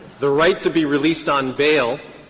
the right to be released on bail,